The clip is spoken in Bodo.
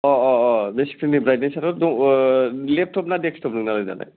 अह अह अह बे स्क्रिननि ब्राइथनेसआथ' दं ओह लेपटप ना देक्सटप नोंनालाय दालाय